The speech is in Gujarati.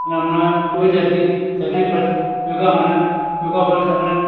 એમાં હમણાં કોઈ જાતની તકલીફ પડતી યોગા મને યોગા પર ક્રમે